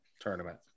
tournament